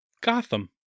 Gotham